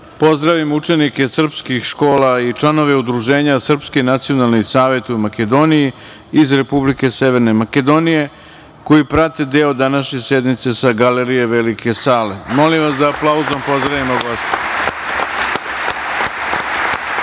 pozdravim učenike srpskih škola i članove udruženja "Srpski nacionalni savet u Makedoniji" iz Republike Severne Makedonije, koji prate deo današnje sednice sa galerije velike sale. Molim vas da aplauzom pozdravimo